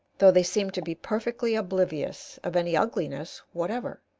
though they seem to be perfectly oblivious of any ugliness whatever,